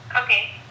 Okay